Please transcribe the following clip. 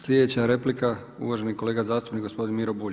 Slijedeća replika uvaženi kolega zastupnik gospodin Miro Bulj.